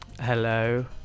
Hello